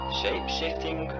shape-shifting